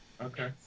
Okay